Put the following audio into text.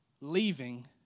leaving